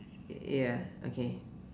ya okay